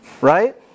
right